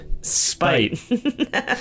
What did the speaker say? Spite